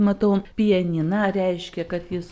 matau pianiną reiškia kad jis